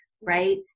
right